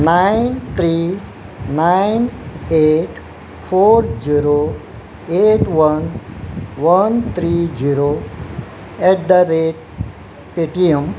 nine three nine eight four zero eight one one three zero at the rate Paytm